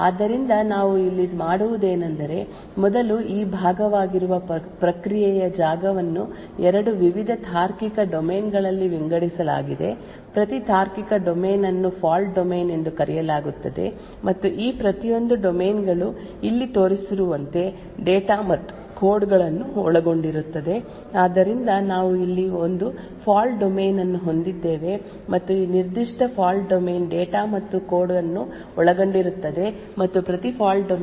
ಆದ್ದರಿಂದ ನಾವು ಇಲ್ಲಿ ಮಾಡುವುದೇನೆಂದರೆ ಮೊದಲು ಈ ಭಾಗವಾಗಿರುವ ಪ್ರಕ್ರಿಯೆಯ ಜಾಗವನ್ನು ಎರಡು ವಿವಿಧ ತಾರ್ಕಿಕ ಡೊಮೇನ್ ಗಳಲ್ಲಿ ವಿಂಗಡಿಸಲಾಗಿದೆ ಪ್ರತಿ ತಾರ್ಕಿಕ ಡೊಮೇನ್ ಅನ್ನು ಫಾಲ್ಟ್ ಡೊಮೇನ್ ಎಂದು ಕರೆಯಲಾಗುತ್ತದೆ ಮತ್ತು ಈ ಪ್ರತಿಯೊಂದು ಡೊಮೇನ್ ಗಳು ಇಲ್ಲಿ ತೋರಿಸಿರುವಂತೆ ಡೇಟಾ ಮತ್ತು ಕೋಡ್ ಗಳನ್ನು ಒಳಗೊಂಡಿರುತ್ತದೆ ಆದ್ದರಿಂದ ನಾವು ಇಲ್ಲಿ ಒಂದು ಫಾಲ್ಟ್ ಡೊಮೇನ್ ಅನ್ನು ಹೊಂದಿದ್ದೇವೆ ಮತ್ತು ಈ ನಿರ್ದಿಷ್ಟ ಫಾಲ್ಟ್ ಡೊಮೇನ್ ಡೇಟಾ ಮತ್ತು ಕೋಡ್ ಅನ್ನು ಒಳಗೊಂಡಿರುತ್ತದೆ ಮತ್ತು ಪ್ರತಿ ಫಾಲ್ಟ್ ಡೊಮೇನ್ ಗೆ ಅನನ್ಯತೆ ಐಡಿ ಯನ್ನು ನೀಡಲಾಗುತ್ತದೆ